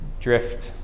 drift